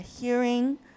hearing